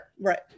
right